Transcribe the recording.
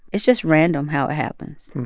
it's just random how it happens.